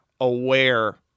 aware